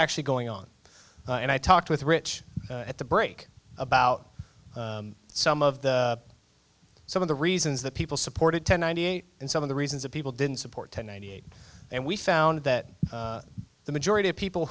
actually going on and i talked with rich at the break about some of the some of the reasons that people supported ten ninety eight and some of the reasons that people didn't support the ninety eight and we found that the majority of people